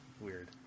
Weird